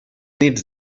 nits